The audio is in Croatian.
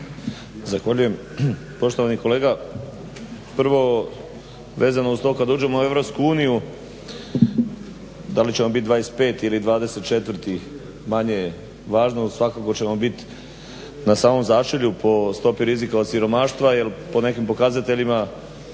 Zahvaljujem. Poštovani kolega, prvo vezano uz to kad uđemo u EU da li ćemo biti 25 ili 24 manje je važno, svakako ćemo biti na samom začelju po stopi rizika od siromaštva. Jel po nekim pokazateljima